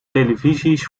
televisies